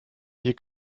hier